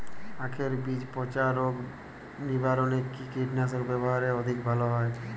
আঁখের বীজ পচা রোগ নিবারণে কি কীটনাশক ব্যবহারে অধিক লাভ হয়?